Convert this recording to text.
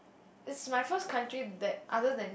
is my first country that other than